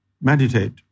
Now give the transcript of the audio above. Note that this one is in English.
meditate